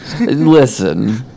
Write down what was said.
listen